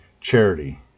charity